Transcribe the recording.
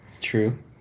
True